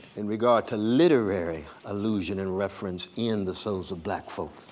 in regard to literary allusion and reference, in the souls of black folk.